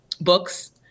books